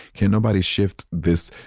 can nobody shift this,